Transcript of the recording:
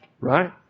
right